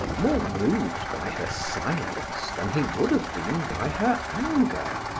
more moved by her silence than he would have been by her anger.